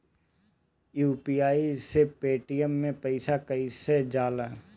UPI से Paytm मे पैसा कइसे जाला?